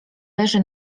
leży